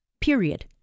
Period